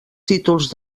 títols